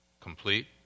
complete